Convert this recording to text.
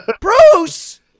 Bruce